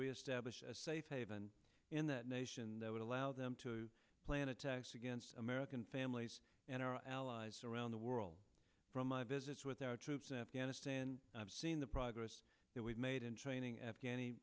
reestablish a safe haven in that nation that would allow them to plan attacks against american families and our allies around the world from my visits with our troops in afghanistan and i've seen the progress that we've made in training afghan